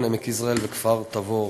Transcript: עמק-יזרעאל וכפר-תבור.